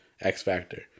X-Factor